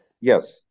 Yes